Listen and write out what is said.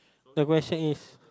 the question is